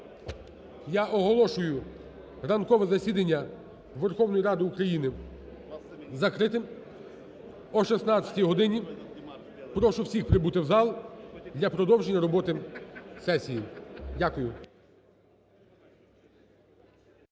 я оголошую ранкове засідання Верховної Ради України закритим. О 16-й годині прошу всіх прибути в зал для продовження роботи сесії. Дякую.